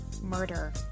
Murder